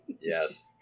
Yes